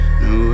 no